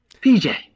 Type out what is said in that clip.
pj